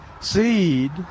seed